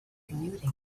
commuting